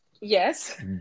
Yes